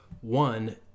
One